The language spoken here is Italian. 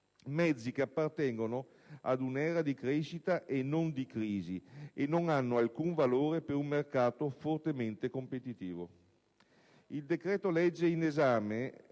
mezzi che appartengono ad un'era di crescita e non di crisi e che non hanno alcun valore per un mercato fortemente competitivo. Il decreto-legge in esame